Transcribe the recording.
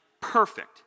perfect